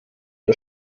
der